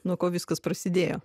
nuo ko viskas prasidėjo